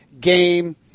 game